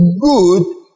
good